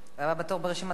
הבא בתור ברשימת הדוברים,